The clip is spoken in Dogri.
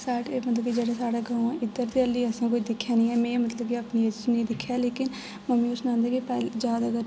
साढे़ मतलब कि जेह्डे़ साढ़े ग्रांऽ ऐ इद्धर ते आली ते असें कोई दिक्खेआ निं ऐ में मतलब कि अपनी एज़ च नेईं दिक्खेआ लेकिन मम्मी होर सनादे कि पैह्लें जादातर